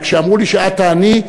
כשאמרו לי שאת תעני,